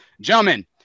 Gentlemen